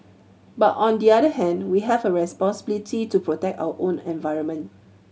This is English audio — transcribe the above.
but on the other hand we have a responsibility to protect our own environment